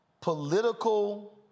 political